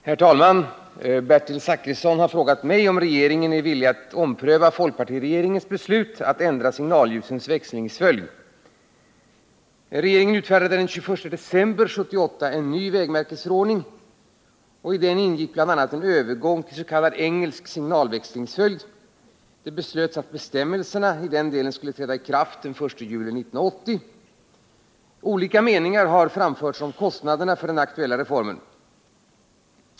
Herr talman! Bertil Zachrisson har frågat mig om regeringen är villig att ompröva folkpartiregeringens beslut att ändra signalljusens växlingsföljd. Regeringen utfärdade den 21 december 1978 en ny vägmärkesförordning. I den ingick bl.a. en övergång till s.k. engelsk signalväxlingsföljd. Det beslöts att bestämmelserna i den delen skulle träda i kraft den 1 juli 1980. Olika meningar har framförts om kostnaderna för den aktuella reformen.